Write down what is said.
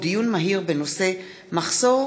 דיון מהיר בהצעתה של חברת הכנסת חנין זועבי בנושא: מחסור